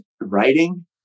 writing